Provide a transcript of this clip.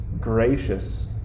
gracious